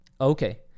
Okay